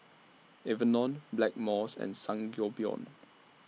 Enervon Blackmores and Sangobion